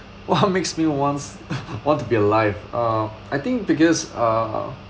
what makes me wants want to be alive uh I think because uh